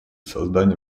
создания